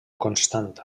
constant